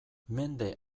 mende